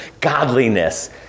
godliness